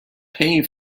pay